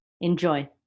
Enjoy